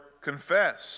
confess